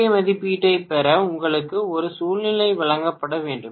ஏ மதிப்பீட்டைப் பெற உங்களுக்கு ஒரு சூழ்நிலை வழங்கப்பட வேண்டும்